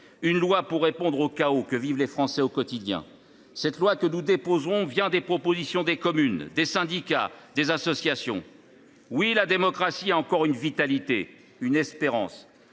sociale, pour répondre au chaos que vivent les Français au quotidien. Ce texte a été élaboré à partir des propositions des communes, des syndicats et des associations. Oui, la démocratie a encore une vitalité, une espérance